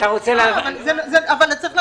אבל צריך להבין,